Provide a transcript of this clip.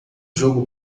jogo